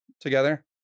together